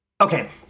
Okay